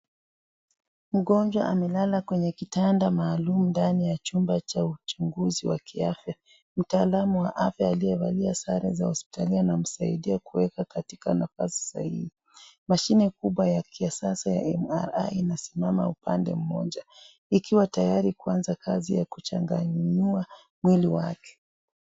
Mgonjwa amelala kwenye kitandaa maalum ndani ya chumba cha uchunguzi wa kiafya. Mtaalamu wa afya aliyevalia sare za hospitalini anamsaidia kuwekwa katika nafasi sahihi. Mashine kubwa ya kisasa ya MRI inasimama upande mmoja ikiwa tayari kuanza kazi ya kuchanganua mwili wake.